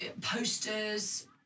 posters